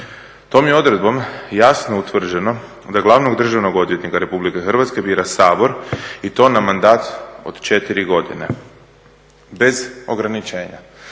Tom je odredbom jasno utvrđeno da glavnog državnog odvjetnika Republike Hrvatske bira Sabor i to na mandat od 4 godine bez ograničenja.